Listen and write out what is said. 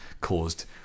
caused